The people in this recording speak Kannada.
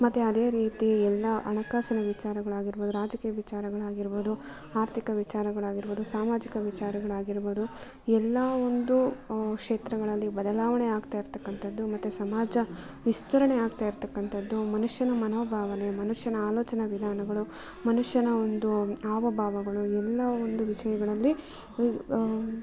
ಮತ್ತು ಅದೇ ರೀತಿ ಎಲ್ಲ ಹಣಕಾಸಿನ ವಿಚಾರಗಳಾಗಿರ್ಬೊದು ರಾಜಕೀಯ ವಿಚಾರಗಳಾಗಿರ್ಬೊದು ಆರ್ಥಿಕ ವಿಚಾರಗಳಾಗಿರ್ಬೊದು ಸಾಮಾಜಿಕ ವಿಚಾರಗಳಾಗಿರ್ಬೊದು ಎಲ್ಲ ಒಂದು ಕ್ಷೇತ್ರಗಳಲ್ಲಿ ಬದಲಾವಣೆ ಆಗ್ತಾ ಇರತಕ್ಕಂಥದ್ದು ಮತ್ತು ಸಮಾಜ ವಿಸ್ತರಣೆ ಆಗ್ತಾ ಇರತಕ್ಕಂಥದ್ದು ಮನುಷ್ಯನ ಮನೋಭಾವನೆ ಮನುಷ್ಯನ ಆಲೋಚನಾ ವಿಧಾನಗಳು ಮನುಷ್ಯನ ಒಂದು ಹಾವಭಾವಗಳು ಎಲ್ಲ ಒಂದು ವಿಷಯಗಳಲ್ಲಿ